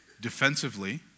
defensively